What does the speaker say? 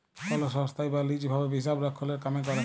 call সংস্থায় বা lease ভাবে হিসাবরক্ষলের কামে ক্যরে